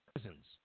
prisons